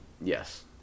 Yes